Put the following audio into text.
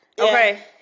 Okay